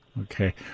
Okay